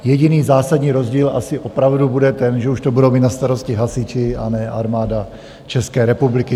Jediný zásadní rozdíl asi opravdu bude ten, že už to budou mít na starosti hasiči, a ne Armáda České republiky.